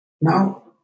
Now